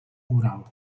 mural